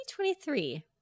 2023